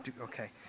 Okay